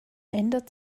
ändert